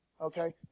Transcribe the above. Okay